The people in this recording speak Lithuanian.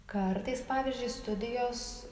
kartais pavyzdžiui studijos